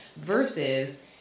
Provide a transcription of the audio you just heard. Versus